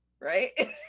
Right